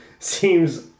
Seems